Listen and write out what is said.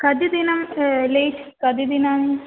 कति दिनं लेट् कति दिनम्